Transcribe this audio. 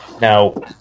Now